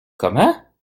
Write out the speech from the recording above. comment